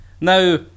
Now